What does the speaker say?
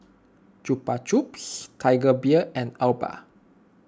Chupa Chups Tiger Beer and Alba